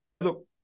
look